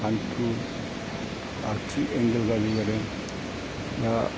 हान्थु आथिं ऐंकल गाज्रि जादों दा